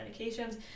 medications